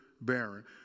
barren